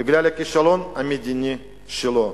בגלל הכישלון המדיני שלו.